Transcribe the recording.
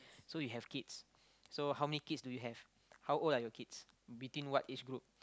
so you have kids so how many kids do you have how old are your kids between what age group